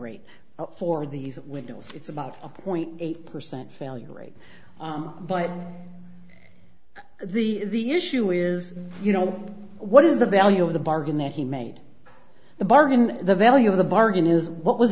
rate for these windows it's about zero point eight percent failure rate but the issue is you know what is the value of the bargain that he made the bargain the value of the bargain is what was